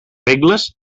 regles